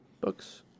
Books